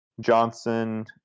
Johnson